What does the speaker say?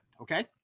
Okay